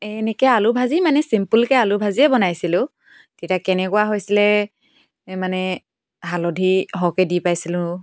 এনেকৈ আলুভাজি মানে ছিম্পুলকৈ আলুভাজিয়ে বনাইছিলোঁ তেতিয়া কেনেকুৱা হৈছিলে মানে হালধি সৰহকৈ দি পাইছিলোঁ